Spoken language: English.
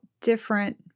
different